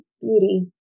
beauty